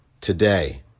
today